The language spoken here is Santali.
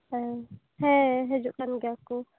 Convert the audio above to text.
ᱦᱮᱸ ᱦᱤᱡᱩᱜ ᱠᱟᱱ ᱜᱮᱭᱟ ᱠᱚ